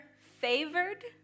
favored